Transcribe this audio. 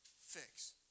fix